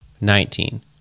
nineteen